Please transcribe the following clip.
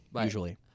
usually